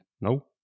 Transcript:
no